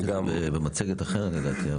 יש לך במצגת אחרת לדעתי.